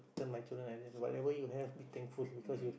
tell my children like this whatever you have be thankful because you